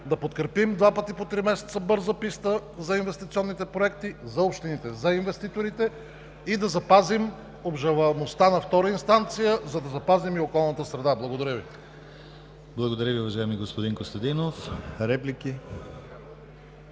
да подкрепим два пъти по три месеца бърза писта за инвестиционните проекти за общините, за инвеститорите и да запазим обжалваемостта на втора инстанция, за да запазим и околната среда. Благодаря Ви. ПРЕДСЕДАТЕЛ ДИМИТЪР ГЛАВЧЕВ: Благодаря Ви, уважаеми господин Костадинов. Реплики?